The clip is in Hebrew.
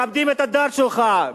מכבדים את הדת שלך.